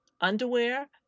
underwear